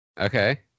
Okay